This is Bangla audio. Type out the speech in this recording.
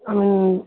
হুম